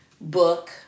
book